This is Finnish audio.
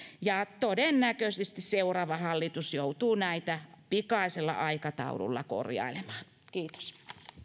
ja todennäköisesti seuraava hallitus joutuu näitä pikaisella aikataululla korjailemaan kiitos